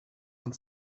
and